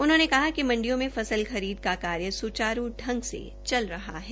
उनहोंने कहा कि मंडियों में फसल खरीद का कार्य स्चारू ांगसे चल रहा है